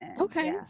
Okay